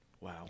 Wow